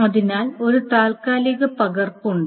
അതിനാൽ ഒരു താൽക്കാലിക പകർപ്പ് ഉണ്ട്